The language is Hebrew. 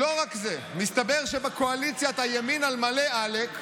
מסתבר שבקואליציית הימין על מלא, עלק,